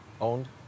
owned